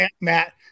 Matt